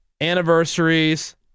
anniversaries